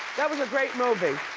that was a great movie.